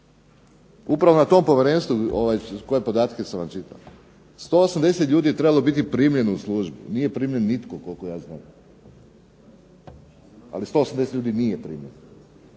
upravo na tom povjerenstvu koje podatke sam vam čitao, 180 ljudi je trebalo biti primljeno u službu. Nije primljen nitko koliko ja znam, ali 180 ljudi nije primljeno.